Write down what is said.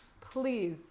Please